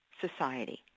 society